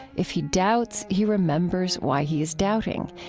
if he doubts, he remembers why he is doubting.